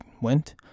went